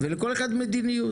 ולכל אחד מדיניות.